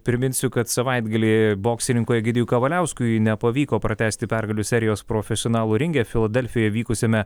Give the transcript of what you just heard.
priminsiu kad savaitgalį boksininkui egidijui kavaliauskui nepavyko pratęsti pergalių serijos profesionalų ringe filadelfijoje vykusiame